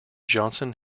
johnson